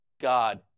God